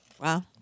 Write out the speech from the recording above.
Wow